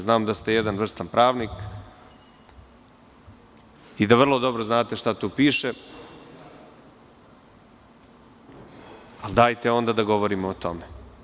Znam da ste jedan vrstan pravnik i da vrlo dobro znate šta tu piše, ali dajte onda da govorimo o tome.